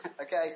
Okay